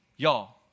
Y'all